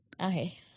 Okay